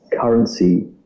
currency